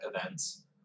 events